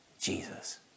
Jesus